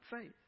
faith